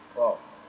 !wow!